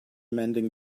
mending